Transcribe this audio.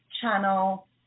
channel